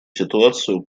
ситуацию